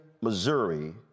Missouri